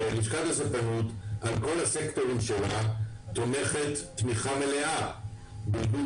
לשכת הספנות על כל הסקטורים שלה תומכת תמיכה מלאה באיגוד